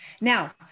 now